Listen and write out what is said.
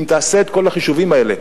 אם תעשה את כל החישובים האלה,